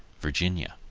virginia.